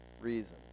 reason